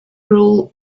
rule